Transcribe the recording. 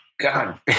God